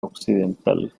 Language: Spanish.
occidental